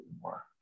more